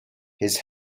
his